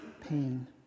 pain